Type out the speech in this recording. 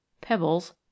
pebbles